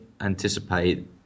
anticipate